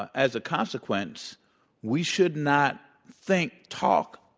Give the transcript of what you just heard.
as a consequence we should not think, talk,